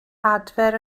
adfer